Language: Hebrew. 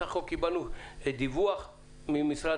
סך הכול קיבלנו דיווח ממשרד